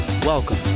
Welcome